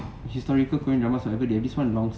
historical korean dramas whatever this one long